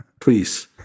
Please